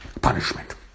punishment